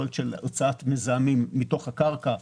פרויקט של הוצאת מזהמים מתוך הקרקע,